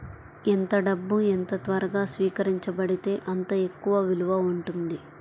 ఎంత డబ్బు ఎంత త్వరగా స్వీకరించబడితే అంత ఎక్కువ విలువ ఉంటుంది